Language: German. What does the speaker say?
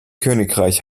königreich